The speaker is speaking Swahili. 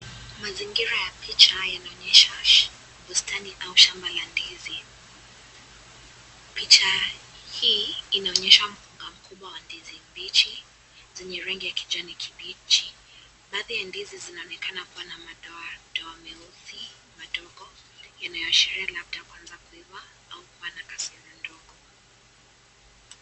Mazingira ya picha yanaonyesha bustani au shamba la ndizi ,picha hii inaonyesha mkunga mkubwa wa ndizi mbichi zenye rangi ya kijani kibichi ,baadhi ya ndizi zinaonekana kuwa na madoadoa meusi madogo yanayoashiria labda kuanza kuiva au kuwa na kasoro ndogo.